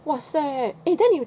!wahseh! eh then 你有